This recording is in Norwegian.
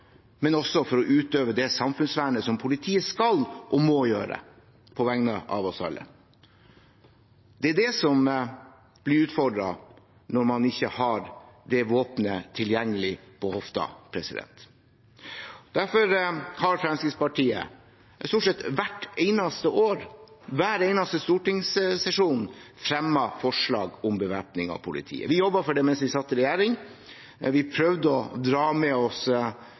men også for å utøve det samfunnsvernet som politiet skal og må gjøre på vegne av oss alle. Det er det som blir utfordret når man ikke har det våpenet tilgjengelig på hofta. Derfor har Fremskrittspartiet, stort sett hvert eneste år og i hver eneste stortingssesjon, fremmet forslag om bevæpning av politiet. Vi jobbet for det mens vi satt i regjering. Vi prøvde å dra med oss